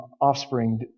offspring